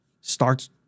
starts